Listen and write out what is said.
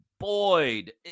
Boyd